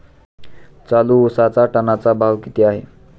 चालू उसाचा टनाचा भाव किती आहे?